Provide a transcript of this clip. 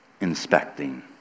inspecting